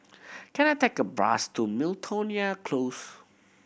can I take a bus to Miltonia Close